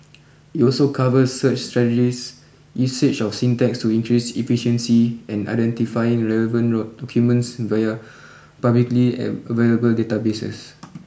it also covers search strategies usage of syntax to increase efficiency and identifying relevant documents via publicly available databases